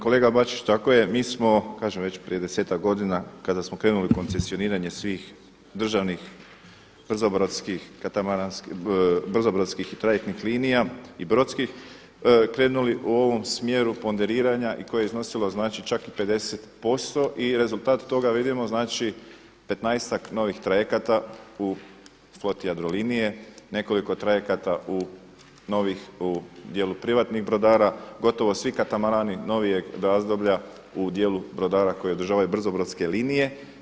Kolega Bačić, tako je, mi smo, kažem već prije 10-ak godina kada smo krenuli u koncesioniranje svih državnih brzobrodskih i trajektnih linija i brodskih, krenuli u ovom smjeru ponderiranja i koje je iznosilo znači čak i 50% i rezultat toga vidimo znači 15-ak novih trajekata u floti Jadrolinije, nekoliko trajekata novih u djelu privatnih brodara, gotovo svi katamarani novijeg razdoblja u dijelu brodara koji održavaju brzobrodske linije.